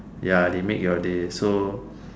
ya they make your day so